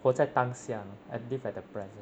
我在当下 and live the present